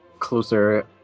Closer